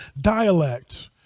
dialect